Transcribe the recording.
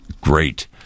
great